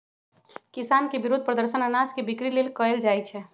किसान के विरोध प्रदर्शन अनाज के बिक्री लेल कएल जाइ छै